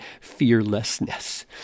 fearlessness